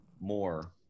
more